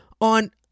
on